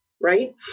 Right